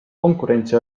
konkurentsi